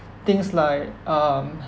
things like um